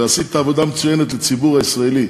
ועשית עבודה מצוינת לציבור הישראלי,